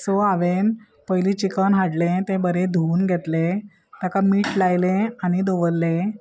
so हांवें पयलीं chicken हाडलें तें बरें धुवन घेतलें ताका मीठ लायलें आनी दवरलें